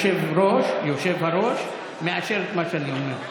היושב-ראש, יושב-הראש, מאשר את מה שאני אומר.